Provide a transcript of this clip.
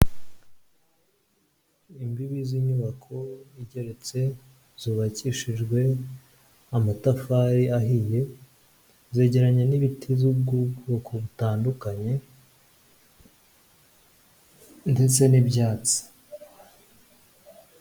Imbibi z'inyubako igeretse, zubakishijwe amatafari ahiye. Zegeranye n'ibiti by'ubwoko butandukanye ndetse n'ibyatsi.